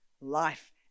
life